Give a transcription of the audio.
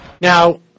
Now